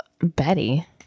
Betty